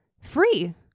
free